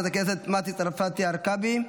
חברת הכנסת מטי צרפתי הרכבי,